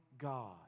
god